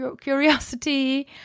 curiosity